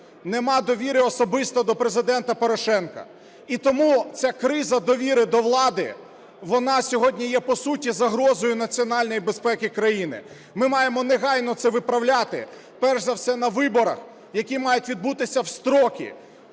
немає довіри особисто до Президента Порошенка. І тому ця криза довіри до влади, вона сьогодні є по суті загрозою національній безпеці країни. Ми маємо негайно це виправляти, перш за все на виборах, які мають відбутися в строки.